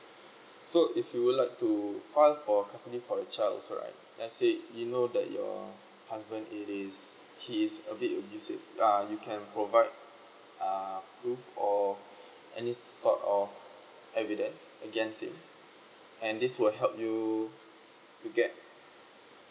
so if you would like to file for custody for a child's right let's say you know that your husband it is he is a bit abusive uh you can provide uh proof or any sort of evidence against him and this will help you to get